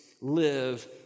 live